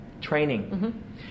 training